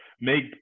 make